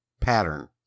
pattern